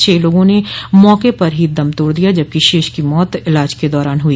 छह लोगों ने मौके पर ही दम तोड़ दिया जबकि शेष की मौत इलाज के दौरान हुई